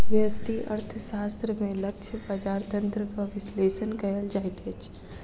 व्यष्टि अर्थशास्त्र में लक्ष्य बजार तंत्रक विश्लेषण कयल जाइत अछि